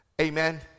Amen